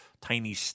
tiny